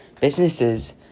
Businesses